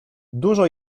dużo